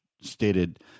stated